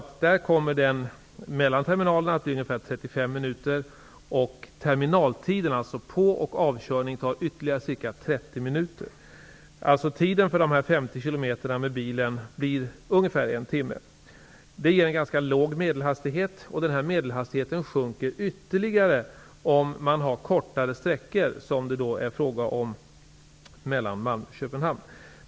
Tiden mellan terminalerna kommer att bli ungefär 35 minuter, och terminaltiden, dvs. för på och avkörning, tar ytterligare ca 30 minuter. Restiden med bil blir alltså ungefär 1 timme för dessa 50 km. Det ger en ganska låg medelhastighet, och den minskar ytterligare på kortare sträckor, som det är fråga om mellan Malmö och Köpenhamn.